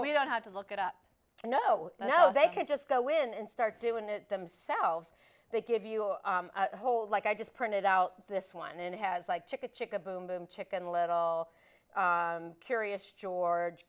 we don't have to look it up no no they could just go in and start doing it themselves they give you a whole like i just printed out this one and has like took a chick a boom boom chicken little curious george